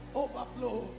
overflow